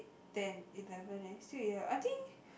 ten eleven eh still eleven I think